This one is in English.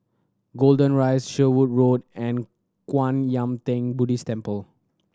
Golden Rise Sherwood Road and Kwan Yam Theng Buddhist Temple